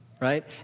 Right